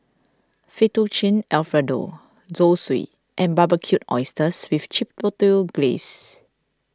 Fettuccine Alfredo Zosui and Barbecued Oysters with Chipotle Glaze